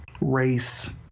race